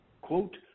quote